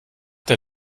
der